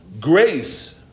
Grace